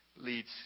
leads